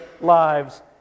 lives